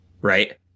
Right